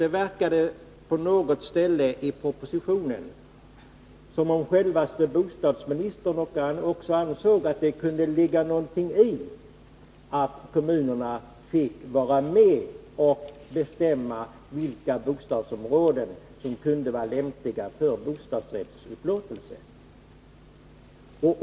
Det verkade på något ställe i propositionen som om självaste bostadsministern också ansåg att det kunde ligga någonting i att kommunerna fick vara med och bestämma vilka bostadsområden som kunde vara lämpliga för bostadsrättsupplåtelse.